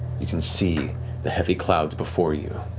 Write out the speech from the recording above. you can see the heavy clouds before you,